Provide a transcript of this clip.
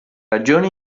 ragione